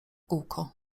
kółko